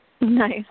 Nice